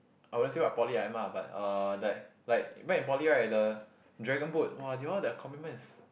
I won't say I poly I am lah but uh like like met in poly right the dragon boat !wow! they all the commitment is